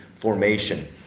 formation